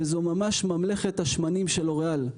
וזו ממש ממלכת השמנים של לוריאל.